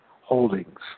Holdings